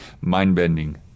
mind-bending